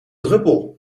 druppel